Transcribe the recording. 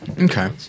okay